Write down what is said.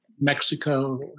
Mexico